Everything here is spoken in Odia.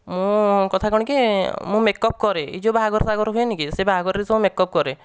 ମୁଁ କଥା କ'ଣ କି ମୁଁ ମେକ୍ଅପ୍ କରେ ଏ ଯେଉଁ ବାହାଘର ଫାଘର ହୁଏନି କି ସେ ବାହାଘରେ ସବୁ ମେକ୍ଅପ୍ କରେ